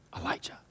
Elijah